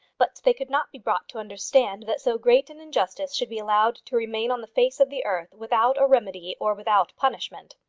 but they could not be brought to understand that so great an injustice should be allowed to remain on the face of the earth without a remedy or without punishment.